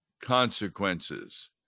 consequences